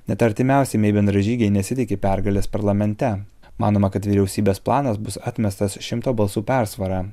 net artimiausi mei bendražygiai nesitiki pergalės parlamente manoma kad vyriausybės planas bus atmestas šimto balsų persvara